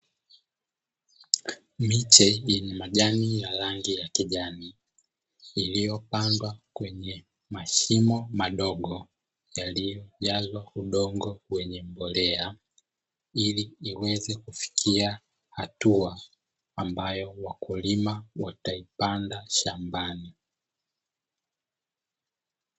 Miche yenye majani ya rangi ya kijani iliyopandwa kwenye mashimo madogo, yaliyojazwa udongo wenye mbolea ili iweze kufikia hatua ambayo wakulima wataipanda shambani.